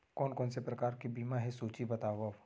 कोन कोन से प्रकार के बीमा हे सूची बतावव?